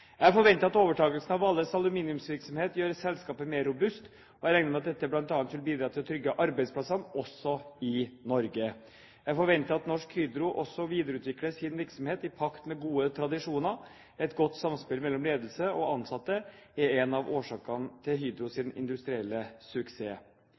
Jeg forventer at overtakelsen av Vales aluminiumsvirksomhet gjør selskapet mer robust, og jeg regner med at dette bl.a. vil bidra til å trygge arbeidsplassene, også i Norge. Jeg forventer at Norsk Hydro også videreutvikler sin virksomhet i pakt med gode tradisjoner. Et godt samspill mellom ledelse og ansatte er en av årsakene til